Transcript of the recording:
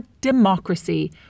democracy